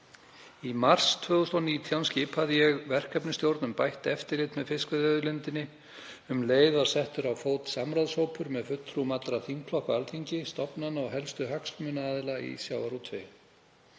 Í mars 2019 skipaði ég verkefnisstjórn um bætt eftirlit með fiskveiðiauðlindinni. Um leið var settur á fót samráðshópur með fulltrúum allra þingflokka á Alþingi, stofnana og helstu hagsmunaaðila í sjávarútvegi.